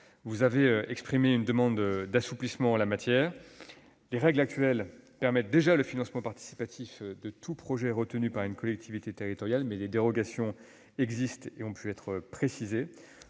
vous avez exprimé une demande d'assouplissement. Les règles actuelles permettent déjà le financement participatif de tout projet soutenu par une collectivité territoriale. Mais des dérogations existent et ont pu être précisées.